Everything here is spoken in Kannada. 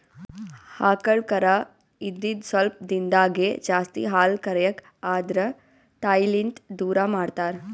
ಆಕಳ್ ಕರಾ ಇದ್ದಿದ್ ಸ್ವಲ್ಪ್ ದಿಂದಾಗೇ ಜಾಸ್ತಿ ಹಾಲ್ ಕರ್ಯಕ್ ಆದ್ರ ತಾಯಿಲಿಂತ್ ದೂರ್ ಮಾಡ್ತಾರ್